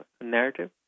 narrative